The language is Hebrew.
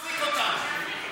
תראה איך אתה מחזיק אותנו.